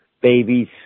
babies